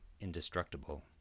indestructible